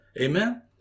amen